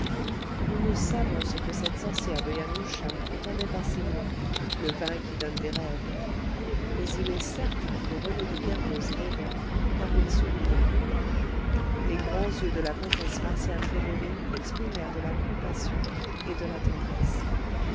nous ne savons ce que cette sorcière de yanusza entendait par ces mots le vin qui donne des rêves mais il est certain que rené de kervoz rêvait car il souriait les grands yeux de la comtesse marcian gregoryi exprimèrent de la compassion et de la tendresse